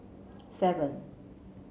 seven